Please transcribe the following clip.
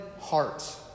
heart